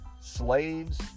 slaves